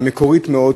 המקורית מאוד,